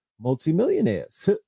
multimillionaires